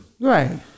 Right